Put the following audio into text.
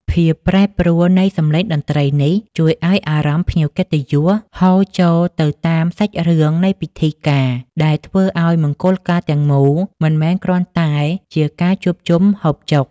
ភាពប្រែប្រួលនៃសម្លេងតន្ត្រីនេះ ជួយឱ្យអារម្មណ៍ភ្ញៀវកិត្តិយសហូរចូលទៅតាមសាច់រឿងនៃពិធីការ ដែលធ្វើឱ្យមង្គលការទាំងមូលមិនមែនគ្រាន់តែជាការជួបជុំហូបចុក